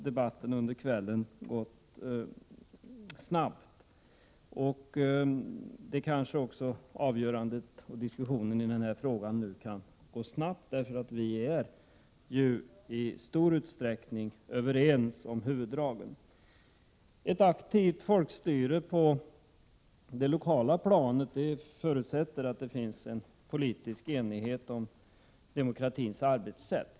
Debatten har gått snabbt under kvällen, och diskussionen i denna fråga kan kanske också gå snabbt, eftersom vi i stor utsträckning är överens om huvuddragen. Ett aktivt folkstyre på det lokala planet förutsätter att det finns en politisk enighet om demokratins arbetssätt.